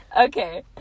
Okay